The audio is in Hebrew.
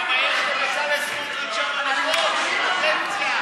מופיעה ברשימה, אבל אנחנו נוסיף אותה.